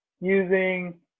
using